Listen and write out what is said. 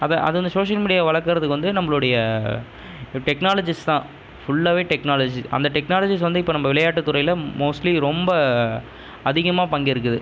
அத அது அந்த சோசியல் மீடியாவை வளர்க்கறதுக்கு வந்து நம்பளோடைய டெக்னாலஜிஸ் தான் ஃபுல்லாவே டெக்னாலஜி அந்த டெக்னாலஜிஸ் வந்து இப்போ நம்ம விளையாட்டுத் துறையில் மோஸ்ட்லி ரொம்ப அதிகமாக பங்கேற்குது